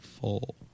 Full